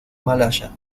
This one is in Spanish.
malaya